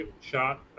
shot